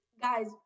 Guys